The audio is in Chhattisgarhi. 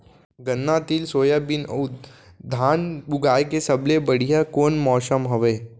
गन्ना, तिल, सोयाबीन अऊ धान उगाए के सबले बढ़िया कोन मौसम हवये?